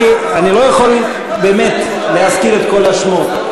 אני לא יכול באמת להזכיר את כל השמות.